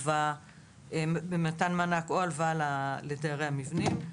במתן מענק או הלוואה לדיירי המבנים.